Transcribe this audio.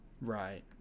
Right